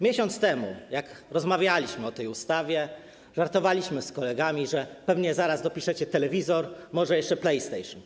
Miesiąc temu, jak rozmawialiśmy o tej ustawie, żartowaliśmy z kolegami, że pewnie zaraz dopiszecie telewizor, a może jeszcze playstation.